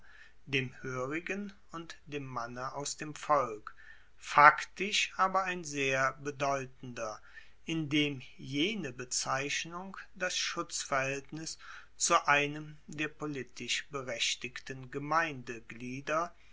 dem hoerigen und dem manne aus dem volk faktisch aber ein sehr bedeutender indem jene bezeichnung das schutzverhaeltnis zu einem der politisch berechtigten gemeindeglieder